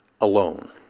alone